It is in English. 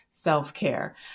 self-care